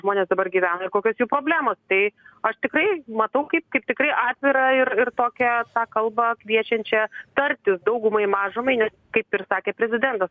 žmonės dabar gyvena ir kokios jų problemos tai aš tikrai matau kaip kaip tikrai atvirą ir ir tokią kalbą kviečiančią tarti daugumai mažumai ne kaip ir sakė prezidentas